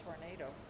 tornado